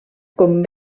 com